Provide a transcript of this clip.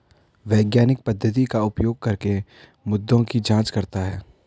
वैज्ञानिक पद्धति का उपयोग करके मुद्दों की जांच करता है